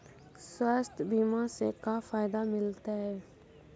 स्वास्थ्य बीमा से का फायदा मिलतै?